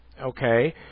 okay